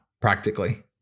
practically